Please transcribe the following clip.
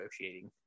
negotiating